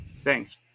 Thanks